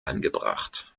angebracht